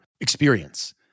experience